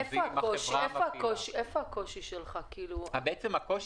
אחרי מסיכות של אנשים ------ הייתי חסום קודם.